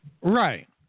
Right